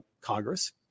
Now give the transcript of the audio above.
Congress